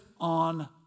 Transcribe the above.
on